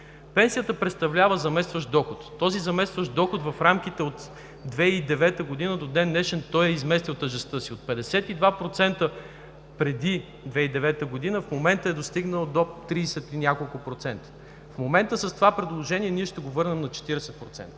Пенсията представлява заместващ доход. Този заместващ доход в рамките от 2009 г. до ден-днешен е изместил тежестта си – от 52% преди 2009 г. в момента е достигнал до 30 и няколко процента. В момента с това предложение ние ще го върнем на 40%.